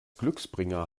glücksbringer